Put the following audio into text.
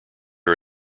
are